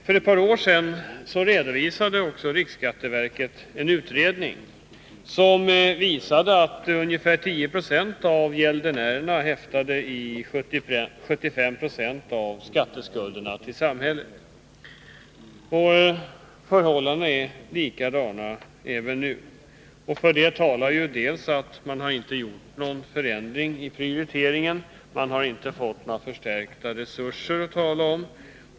För ett par år sedan redovisade riksskatteverket en utredning som visade att ungefär 10 90 av gäldenärerna svarade för 75 20 av skatteskulderna till samhället. Förhållandena är desamma nu. För detta talar det faktum att ingen ändring i prioriteringen skett — man har inte fått några förstärkta resurser att tala om.